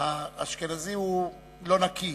האשכנזי הוא לא נקי.